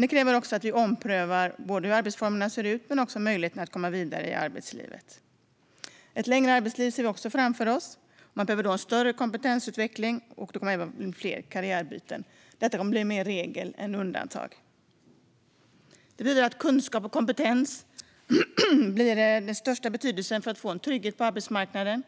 Det kräver dock att vi omprövar både hur arbetsformerna ser ut och hur möjligheten att komma vidare i arbetslivet ser ut. Vi ser ett längre arbetsliv framför oss. Då behövs större kompetensutveckling och även fler karriärbyten. Detta kommer att bli mer regel än undantag. Det betyder att kunskap och kompetens får större betydelse för att man ska få trygghet på arbetsmarknaden.